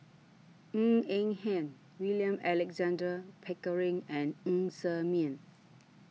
Ng Eng Hen William Alexander Pickering and Ng Ser Miang